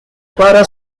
para